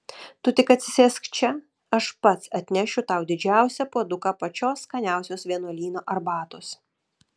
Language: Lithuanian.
tu tik atsisėsk čia aš pats atnešiu tau didžiausią puoduką pačios skaniausios vienuolyno arbatos